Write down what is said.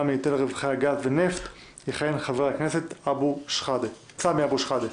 מהיטל על רווחי גז ונפט: יכהן חבר הכנסת סמי אבו שחאדה.